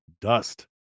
Dust